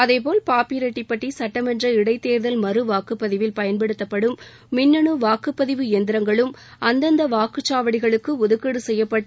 அதேபோல் பாப்பிரெட்டிப்பட்டி சட்டமன்ற இடைத்தேர்தல் மறுவாக்குப்பதிவில் பயன்படுத்தப்படும் மின்னு வாக்குப்பதிவு இயந்திரங்களும் அந்தந்த வாக்குச்சாவடிகளுக்கு ஒதுக்கீடு செய்யப்பட்டு